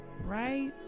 right